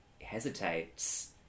hesitates